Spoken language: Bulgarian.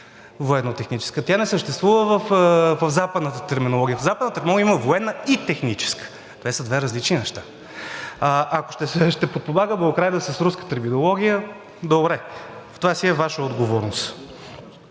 литература. Тя не съществува в западната терминология. В западната терминология има военна и техническа – те са две различни неща. Ако ще подпомагаме Украйна с руска терминология, добре, това си е Ваша отговорност.